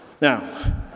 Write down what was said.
Now